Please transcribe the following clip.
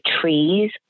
trees